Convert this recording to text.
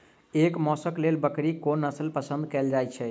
एकर मौशक लेल बकरीक कोन नसल पसंद कैल जाइ छै?